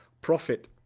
profit